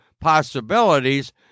possibilities